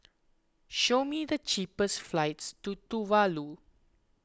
show me the cheapest flights to Tuvalu